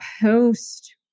post